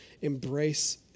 embrace